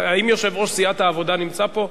האם יושב-ראש סיעת העבודה נמצא פה?